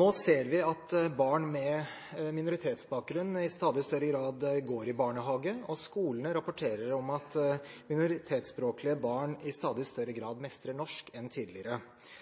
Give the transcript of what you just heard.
Nå ser vi at barn med minoritetsbakgrunn i stadig større grad går i barnehage, og skolene rapporterer om at minoritetsspråklige barn i stadig større grad enn tidligere mestrer norsk.